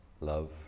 love